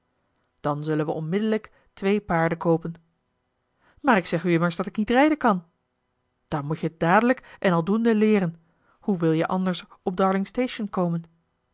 dan zullen we onmiddellijk twee paarden koopen maar ik zeg u immers dat ik niet rijden kan dan moet je het dadelijk en al doende leeren hoe wil je anders op darlingstation komen